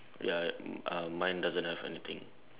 ya uh mine doesn't have anything